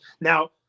Now